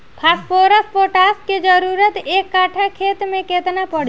Phosphorus potash के जरूरत एक कट्ठा खेत मे केतना पड़ी?